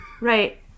right